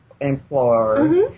employers